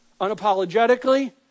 unapologetically